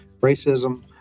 racism